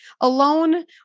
alone